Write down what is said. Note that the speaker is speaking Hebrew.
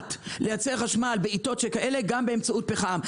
מוחלט לייצר חשמל בעתות שכאלה גם באמצעות פחם,